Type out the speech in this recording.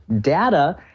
data